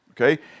okay